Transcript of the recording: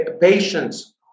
Patients